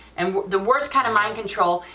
and the worst kind of mind control,